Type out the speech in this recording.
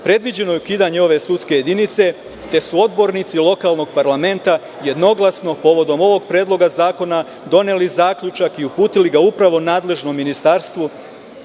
predviđeno je ukidanje ove sudske jedinice, te su odbornici lokalnog parlamenta jednoglasno povodom ovog predloga zakona doneli zaključak i uputili ga upravo nadležnom ministarstvu